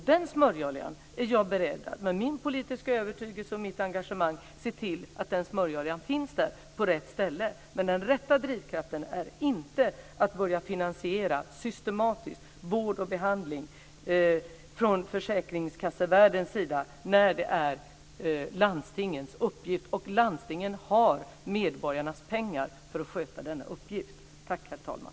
Den smörjoljan är jag beredd, med min politiska övertygelse och mitt engagemang, att se till finns på rätt ställe. Men den rätta drivkraften är inte att systematiskt börja finansiera vård och behandling från försäkringskassevärldens sida när det är landstingens uppgift, och landstingen har medborgarnas pengar för att sköta denna uppgift. Tack, herr talman!